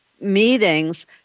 meetings